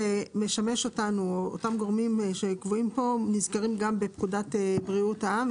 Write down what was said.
אותם גורמים שקבועים פה נזכרים גם בפקודת בריאות העם,